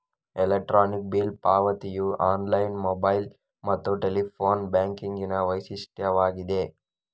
electronic bill ಪಾವತಿಯು online, mobile ಮತ್ತು telephone ಬ್ಯಾಂಕಿಂಗಿನ ವೈಶಿಷ್ಟ್ಯವಾಗಿದೆ